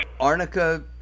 Arnica